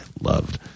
loved